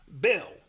bill